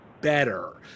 better